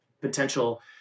potential